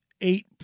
eight